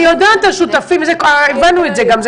הבנו שאתם עובדים בשותפות, זה גם כתוב.